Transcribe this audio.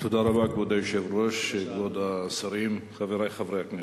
כבוד היושב-ראש, כבוד השרים, חברי חברי הכנסת,